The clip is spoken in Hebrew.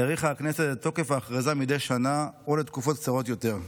האריכה הכנסת את תוקף ההכרזה מדי שנה או לתקופות קצרות יותר.